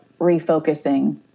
refocusing